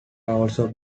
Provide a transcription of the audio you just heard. also